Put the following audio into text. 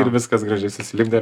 ir viskas gražiai susilipdė